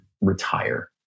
retire